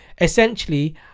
essentially